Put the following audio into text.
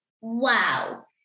wow